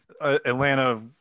atlanta